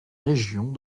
régions